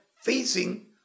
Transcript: facing